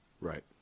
right